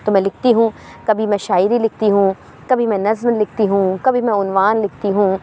تو میں لکھتی ہوں کبھی میں شاعری لکھتی ہوں کبھی میں نظم لکھتی ہوں کبھی میں عنوان لکھتی ہوں